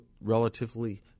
relatively